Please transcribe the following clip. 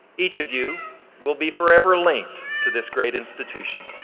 each of you will be forever linked to this great institution.